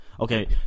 Okay